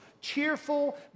cheerful